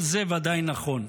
כל זה ודאי נכון.